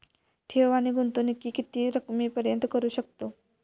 ठेव आणि गुंतवणूकी किती रकमेपर्यंत करू शकतव?